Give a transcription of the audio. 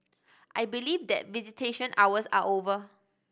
I believe that visitation hours are over